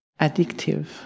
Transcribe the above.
addictive